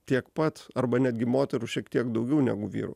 tiek pat arba netgi moterų šiek tiek daugiau negu vyrų